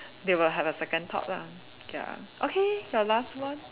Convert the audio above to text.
they will have a second thought lah ya okay your last one